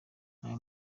ayo